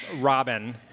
Robin